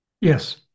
Yes